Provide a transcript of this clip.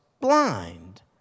blind